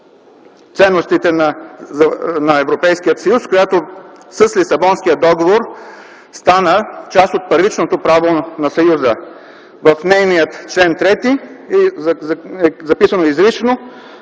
ценностите на Европейския съюз, която с Лисабонския договор стана част от първичното право на Съюза. В нейния чл. 3 е записано изрично,